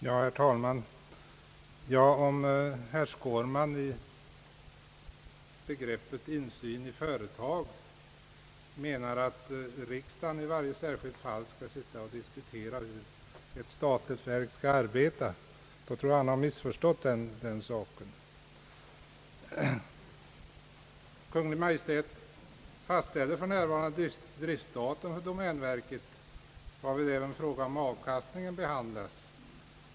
Herr talman! Om herr Skårman med begreppet insyn i företag menar att riksdagen i varje särskilt fall skall sitta och diskutera hur ett företag skall arbeta, tror jag att han missförstått innebörden av uttrycket. Kungl. Maj:t fastställer för närvarande driftstaten för domänverket, varvid även frågan om avkastningen behandlas.